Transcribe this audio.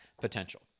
potential